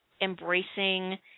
embracing